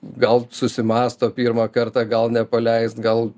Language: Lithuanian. gal susimąsto pirmą kartą gal nepaleist gal